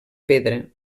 pedra